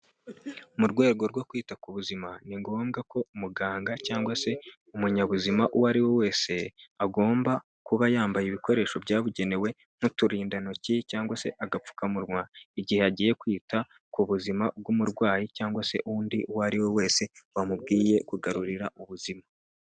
Mu rwego rwo kwita ku buzima ni ngombwa ko umuganga cyangwa se umunyabuzima uwo ari we wese, agomba kuba yambaye ibikoresho byabugenewe n'uturindantoki cyangwa se agapfukamunwa, igihe agiye kwita ku buzima bw'umurwayi cyangwa se undi uwo ari we wese wamubwiye kugarurira ubuzima.